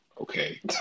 okay